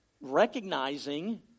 Recognizing